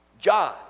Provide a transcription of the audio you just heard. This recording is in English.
John